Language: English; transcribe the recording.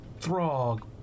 Throg